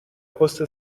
پست